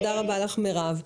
תודה רבה לך, מירב.